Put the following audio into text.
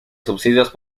subsidios